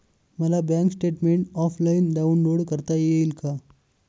मला bank statement offline download करता येईल का?